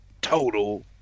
total